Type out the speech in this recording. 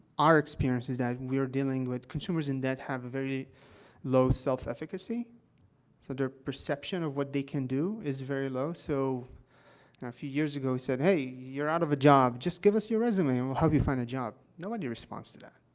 our experience is that we're dealing with consumers in debt have a very low self-efficacy, so their perception of what they can do is very low. so, you know, a few years ago, we said, hey, you're out of a job. just give us your resume and we'll help you find a job. nobody responds to that,